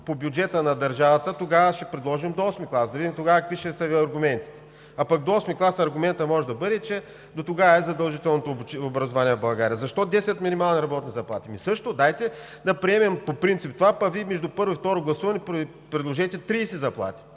по бюджета на държавата. Тогава ще предложим до VIII клас – да видим тогава какви ще са Ви аргументите, а пък до VIII клас аргументът може да бъде, че до тогава е задължителното образование в България. Защо десет минимални работни заплати? Също дайте да приемем по принцип това, пък Вие между първо и второ гласуване предложете тридесет заплати,